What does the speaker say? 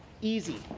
easy